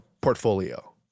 portfolio